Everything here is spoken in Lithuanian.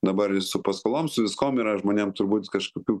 dabar su paskolom su viskuom yra žmonėm turbūt kažkokių